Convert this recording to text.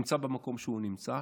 נמצא במקום שהוא נמצא,